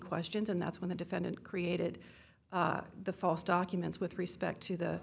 questions and that's when the defendant created the false documents with respect to the